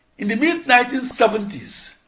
in the mid nineteen seventy s,